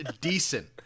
decent